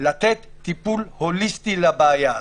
לתת טיפול הוליסטי לבעיה הזאת.